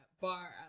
bar